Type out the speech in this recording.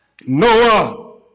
Noah